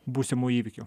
būsimų įvykių